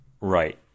Right